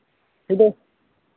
hero